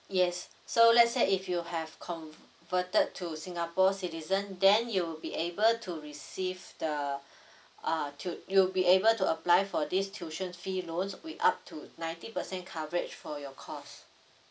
yes so let's say if you have converted to singapore citizen then you will be able to receive the uh tui~ you will be able to apply for this tuition fee loans with up to ninety percent coverage for your course